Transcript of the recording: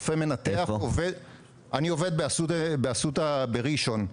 רופא מנתח ואני עובד באסותא בראשון.